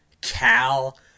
Cal